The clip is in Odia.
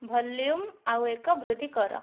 ଭଲ୍ୟୁମ୍ ଆଉ ଏକ ବୃଦ୍ଧି କର